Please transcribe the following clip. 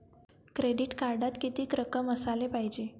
Credit कार्डात कितीक रक्कम असाले पायजे?